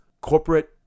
corporate